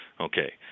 Okay